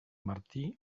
martí